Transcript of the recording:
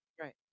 Right